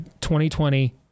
2020